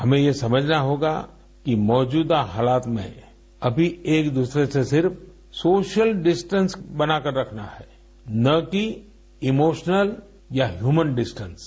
हमें ये समझना होगा कि मौजूदा हालात में अभी एक दूसरे से सिर्फ सोशल डिस्टेंलस बनाकर रखना है न कि इमोशनल या ह्यूमन डिस्टेंस